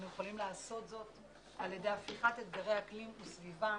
אנחנו יכולים לעשות זאת על ידי הפיכת אתגרי האקלים לסביבה,